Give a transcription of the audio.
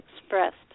expressed